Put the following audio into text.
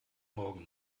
morgen